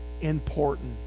important